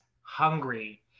hungry